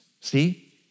See